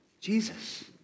Jesus